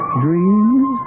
dreams